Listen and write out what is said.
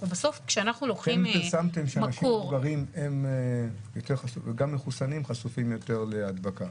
אתם פרסמתם שאנשים מבוגרים גם מחוסנים חשופים יותר להדבקה.